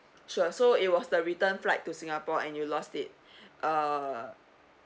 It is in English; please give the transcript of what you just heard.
sure so it was the return flight to singapore and you lost it uh